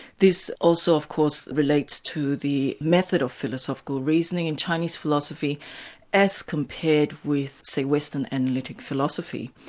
this also of course relates to the method of philosophical reasoning in chinese philosophy as compared with, say, western analytic philosophy.